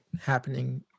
happening